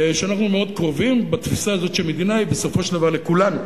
שאנחנו מאוד קרובים בתפיסה הזאת שמדינה היא בסופו של דבר לכולנו,